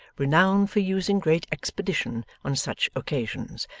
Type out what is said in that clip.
renowned for using great expedition on such occasions,